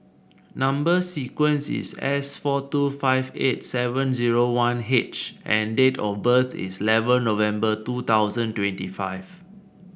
number sequence is S four two five eight seven zero one H and date of birth is eleven November two thousand twenty five